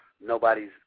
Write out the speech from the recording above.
nobody's